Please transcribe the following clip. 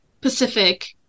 Pacific